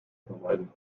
vermeiden